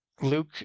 Luke